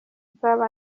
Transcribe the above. nzaba